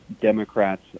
Democrats